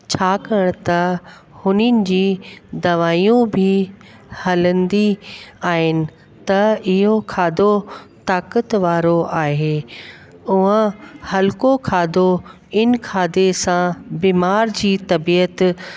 छाकाणि त हुननि जी दवाइयूं बि हलंदी आहिनि त इहो खाधो ताकत वारो आहे उहो हलिको खाधो इन खाधे सां बीमार जी तबीअत